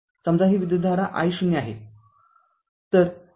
समजा ही विद्युतधारा i0 आहे